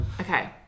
Okay